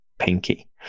pinky